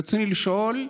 ברצוני לשאול: